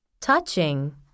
Touching